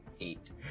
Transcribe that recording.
Eight